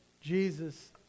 Jesus